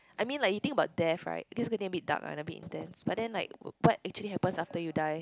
I mean like you think about death right this gonna be a bit dark a bit intense but then like what actually happens after you die